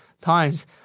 times